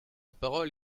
parole